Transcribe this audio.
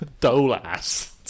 Dolas